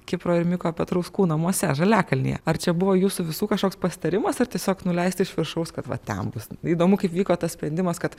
kipro ir miko petrauskų namuose žaliakalnyje ar čia buvo jūsų visų kažkoks pasitarimas ar tiesiog nuleista iš viršaus kad va ten bus įdomu kaip vyko tas sprendimas kad